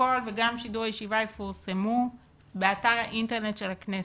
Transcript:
הפרוטוקול וגם שידור הישיבה יפורסמו באתר האינטרנט של הכנסת.